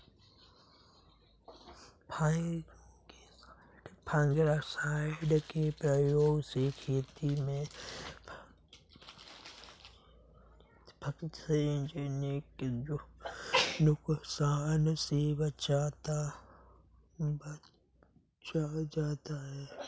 fungicide के प्रयोग से खेती में फँगसजनित नुकसान से बचा जाता है